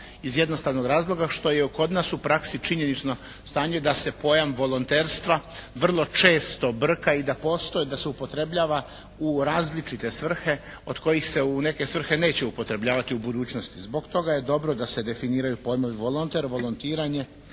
iz jednostavnog razloga što je kod nas u praksi činjenično stanje da se pojam volonterstva vrlo često brka i da postoji, da se upotrebljava u različite svrhe od kojih se u neke svrhe neće upotrebljavati u budućnosti. Zbog toga je dobro da se definiraju pojmovi volonter, volontiranje,